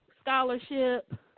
scholarship